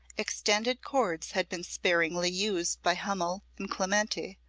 extended chords had been sparingly used by hummel and clementi,